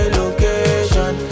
location